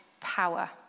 power